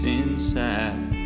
inside